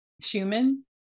schumann